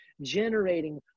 generating